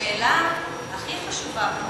השאלה הכי חשובה פה,